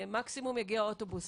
מקסימום יגיע אוטובוס,